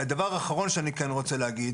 הדבר האחרון שאני כן רוצה להגיד,